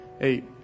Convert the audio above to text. eight